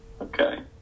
Okay